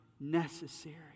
necessary